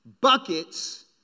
Buckets